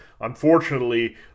unfortunately